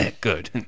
Good